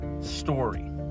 story